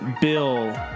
Bill